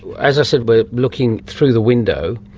as i said, we're looking through the window,